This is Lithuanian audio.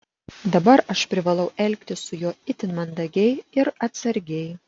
dabar aš privalau elgtis su juo itin mandagiai ir atsargiai